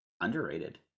underrated